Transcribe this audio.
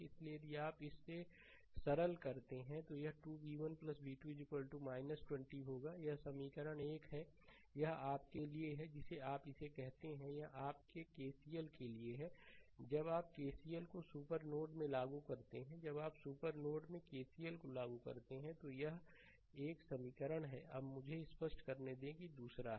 इसलिए यदि आप इसे सरल करते हैं तो यह 2 v1 v2 20 होगा यह समीकरण 1 है यह आपके लिए है जिसे आप इसे कहते हैं यह आपके केसीएल के लिए है जब आप केसीएल को सुपर नोड में लागू कर रहे हैं जब आप सुपर नोड में केसीएल को लागू कर रहे हैं तो यह 1 समीकरण है अब मुझे यह स्पष्ट करने दें कि यह दूसरा है